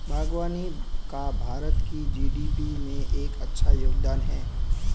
बागवानी का भारत की जी.डी.पी में एक अच्छा योगदान है